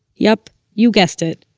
yup, you guessed it.